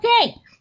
okay